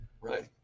Right